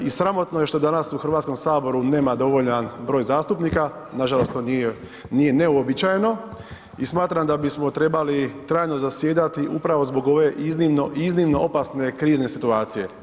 I sramotno je što danas u Hrvatskom saboru nema dovoljan broj zastupnika, nažalost to nije neuobičajeno i smatram da bismo trebali trajno zasjedati upravo zbog ove iznimno, iznimno opasne krizne situacije.